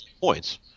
Points